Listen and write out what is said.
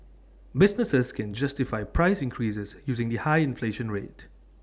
businesses can justify price increases using the high inflation rate